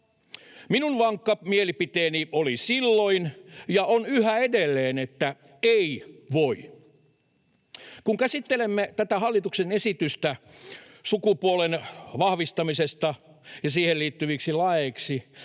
Minun vankka mielipiteeni oli silloin ja on yhä edelleen, että ei voi. Kun käsittelemme tätä hallituksen esitystä laiksi sukupuolen vahvistamisesta ja siihen liittyviksi laeiksi,